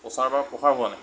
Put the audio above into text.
প্ৰচাৰ বা প্ৰসাৰ হোৱা নাই